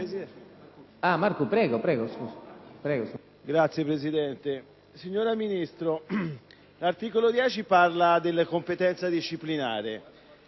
Signora Ministro, l'articolo 10 ha ad oggetto la competenza disciplinare